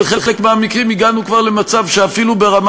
בחלק מהמקרים הגענו כבר למצב שאפילו ברמה